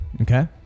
Okay